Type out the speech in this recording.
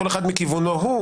כל אחד מכיוונו הוא,